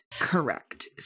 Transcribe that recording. Correct